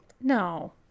No